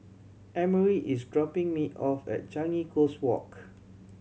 Emery is dropping me off at Changi Coast Walk